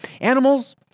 Animals